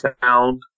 sound